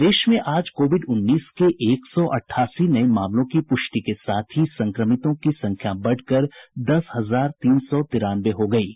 प्रदेश में आज कोविड उन्नीस के एक सौ अठासी नये मामलों की प्रष्टि के साथ ही संक्रमितों की संख्या बढ़कर दस हजार तीन सौ तिरानवे हो गयी है